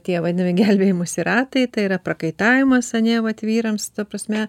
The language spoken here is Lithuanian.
tie vadinami gelbėjimosi ratai tai yra prakaitavimas ane vat vyrams ta prasme